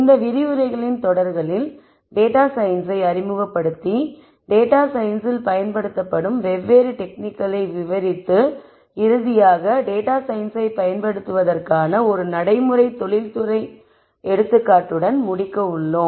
இந்த விரிவுரைகளின் தொடர்களில் டேட்டா சயின்ஸை அறிமுகப்படுத்தி டேட்டா சயின்ஸில் பயன்படுத்தப்படும் வெவ்வேறு டெக்னிக்களை விவரித்து இறுதியாக டேட்டா சயின்ஸை பயன்படுத்துவதற்கான ஒரு நடைமுறை தொழில்துறை எடுத்துக்காட்டுடன் முடிக்க உள்ளோம்